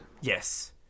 Yes